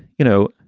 you know,